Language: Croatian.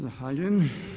Zahvaljujem.